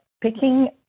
picking